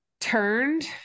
turned